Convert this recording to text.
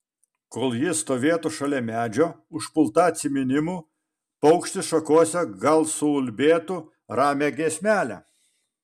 kol ji stovėtų šalia medžio užpulta atsiminimų paukštis šakose gal suulbėtų ramią giesmelę